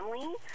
family